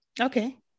Okay